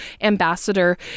ambassador